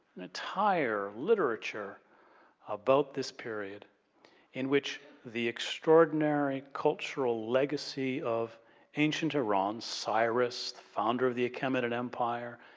an entire literature about this period in which the extraordinary cultural legacy of ancient iran, cyrus, the founder of the achaemenid empire.